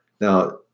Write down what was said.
Now